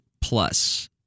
plus